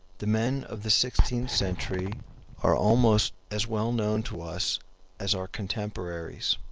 the men of the sixteenth century are almost as well known to us as our contemporaries.